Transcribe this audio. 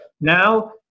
now